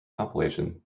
compilation